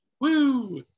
Woo